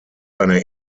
eine